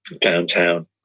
downtown